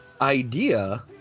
idea